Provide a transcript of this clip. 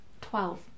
Twelve